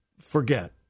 forget